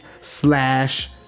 slash